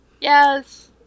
Yes